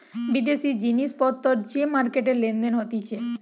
বিদেশি জিনিস পত্তর যে মার্কেটে লেনদেন হতিছে